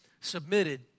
submitted